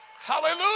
hallelujah